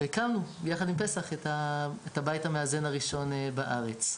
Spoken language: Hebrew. והקמנו, ביחד עם פסח, את הבית המאזן הראשון בארץ.